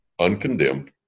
uncondemned